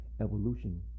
evolution